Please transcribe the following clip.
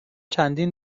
چندین